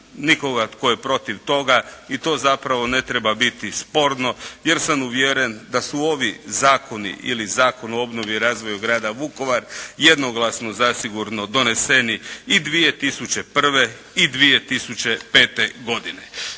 nikoga tko je protiv toga i to zapravo ne treba biti sporno, jer sam uvjeren da su ovi zakoni, ili Zakon o obnovi i razvoju grada Vukovara jednoglasno zasigurno doneseni i 2001. i 2005. godine.